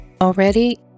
Already